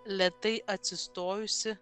lėtai atsistojusi